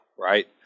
Right